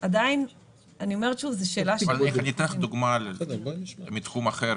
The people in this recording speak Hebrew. עדיין זו שאלה של --- אני אתן לך דוגמה לזה מתחום אחר,